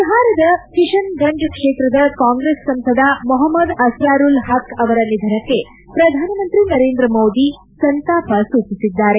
ಬಿಹಾರದ ಕಿಶನ್ಗಂಜ್ ಕ್ಷೇತ್ರದ ಕಾಂಗ್ರೆಸ್ ಸಂಸದ ಮೊಪಮದ್ ಅಸ್ತಾರುಲ್ ಪಕ್ ಅವರ ನಿಧನಕ್ಕೆ ಪ್ರಧಾನಮಂತ್ರಿ ನರೇಂದ್ರ ಮೋದಿ ಸಂತಾಪ ಸೂಚಿಸಿದ್ದಾರೆ